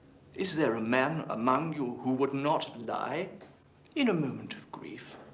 is there a man among you who would not lie in a moment of grief.